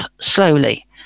slowly